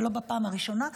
ולא בפעם הראשונה.